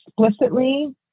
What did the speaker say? explicitly